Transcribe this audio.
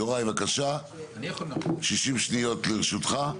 יוראי, בבקשה, 60 שניות לרשותך.